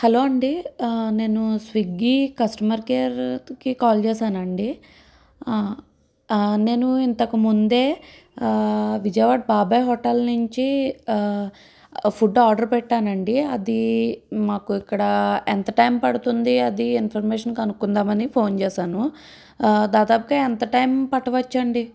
hello అండి నేను Swiggy customer కేర్కి కాల్ చేసానా అండి నేను ఇంతకుముందే విజయవాడ బాబాయ్ హోటల్ నుంచి ఫుడ్ ఆర్డర్ పెట్టానండి అది మాకు ఇక్కడ ఎంత టైం పడుతుంది అది ఇన్ఫర్మేషన్ కనుక్కుందామని ఫోన్ చేసాను దాదాపుగా ఎంత టైం పట్టవచ్చండి